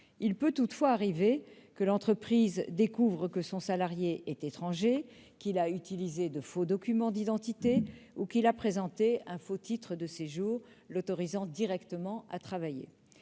Il peut toutefois arriver que l'entreprise découvre que son salarié est étranger, qu'il a utilisé de faux documents d'identité ou qu'il a présenté un faux titre de séjour l'autorisant directement à travailler.